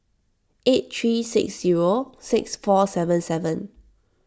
eight three six zero six four seven seven